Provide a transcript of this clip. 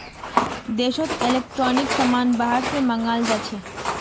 देशोत इलेक्ट्रॉनिक समान बाहर से मँगाल जाछे